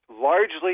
largely